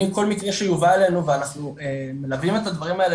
אני כל מקרה שיובא אלינו ואנחנו מלווים את הדברים האלה